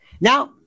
Now